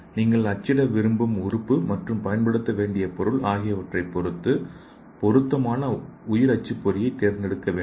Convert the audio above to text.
நீங்கள் அச்சிட விரும்பும் உறுப்பு மற்றும் பயன்படுத்த வேண்டிய பொருள் ஆகியவற்றைப் பொறுத்து பொருத்தமான உயிர் அச்சுப்பொறியைத் தேர்ந்தெடுக்க வேண்டும்